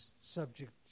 subject